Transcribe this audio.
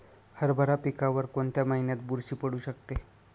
हरभरा पिकावर कोणत्या महिन्यात बुरशी पडू शकते?